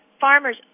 farmers